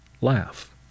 laugh